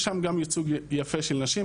יש שם גם ייצוג יפה של נשים,